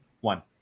One